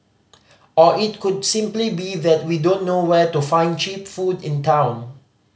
or it could simply be that we don't know where to find cheap food in town